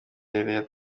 mwumva